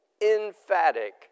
emphatic